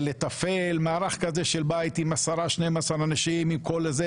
ולתפעל מערך כזה של בית עם 10-12 אנשים על כל זה,